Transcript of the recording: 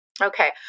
Okay